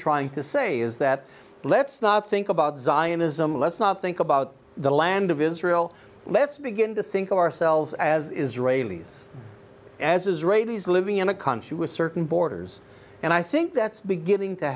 trying to say is that let's not think about zionism let's not think about the land of israel let's begin to think of ourselves as israelis as israelis living in a country with certain borders and i think that's beginning to